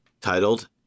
titled